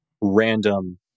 random